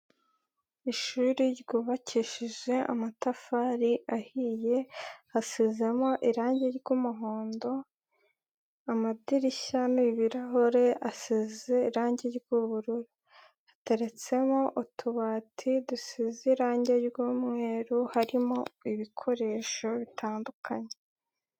Ishuri ryuyubakishije amatafari ahiye, hasizemo irangi ry'umuhondo, amadirishya ni ibirahure, asize irangi ry'ubururu. Hateretsemo utubati dusize irangi ry'umweru harimo ibikoresho bitandukanye.